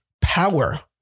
power